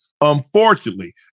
Unfortunately